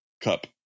cup